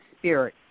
Spirit